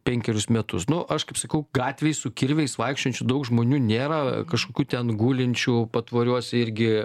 penkerius metus nu aš kaip sakau gatvėj su kirviais vaikščiojančių daug žmonių nėra kažkokių ten gulinčių patvoriuose irgi